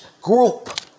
group